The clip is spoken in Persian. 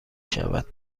شود